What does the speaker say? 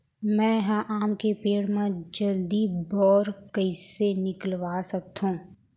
मैं ह आम के पेड़ मा जलदी बौर कइसे निकलवा सकथो?